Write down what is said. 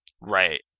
Right